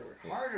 harder